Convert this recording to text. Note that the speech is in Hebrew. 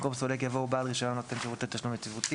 במקום "סולק" יבוא "בעל רישיון נותן שירותי תשלום יציבותי".